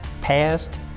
past